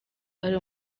ari